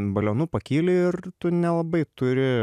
balionu pakyli ir tu nelabai turi